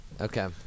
Okay